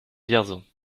vierzon